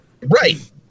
right